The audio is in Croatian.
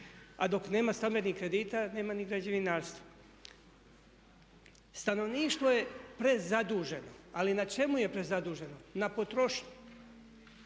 A dok nema stambenih kredita nema ni građevinarstva. Stanovništvo je prezaduženo. Ali na čemu je prezaduženo? Na potrošnji.